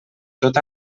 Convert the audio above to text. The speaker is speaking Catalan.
tot